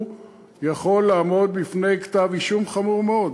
הוא יכול לעמוד בפני כתב אישום חמור מאוד,